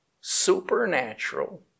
supernatural